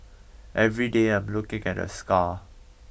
every day I'm looking at the scar